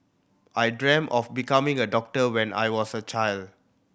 I dreamt of becoming a doctor when I was a child